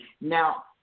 Now